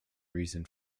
reason